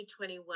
2021